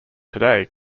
today